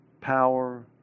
power